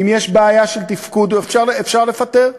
אם יש בעיה של תפקוד, אפשר לפטר.